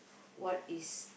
what is